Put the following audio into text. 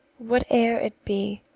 whate'er it be,